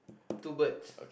two birds